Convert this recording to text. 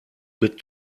bit